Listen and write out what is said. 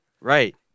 Right